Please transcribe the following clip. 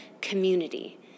Community